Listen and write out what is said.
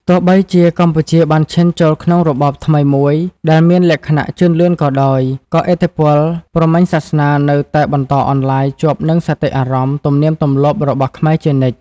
ទោះបីជាកម្ពុជាបានឈានចូលក្នុងរបបថ្មីមួយដែលមានលក្ខណៈជឿនលឿនក៏ដោយ ក៏ឥទ្ធិពលព្រហ្មញ្ញសាសនានៅតែបន្តអន្លាយជាប់នឹងសតិអារម្មណ៍ ទំនៀមទម្លាប់របស់ខ្មែរជានិច្ច។